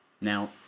Now